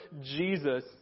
Jesus